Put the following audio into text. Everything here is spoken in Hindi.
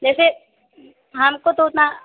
वैसे हमको तो उतना